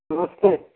नमस्ते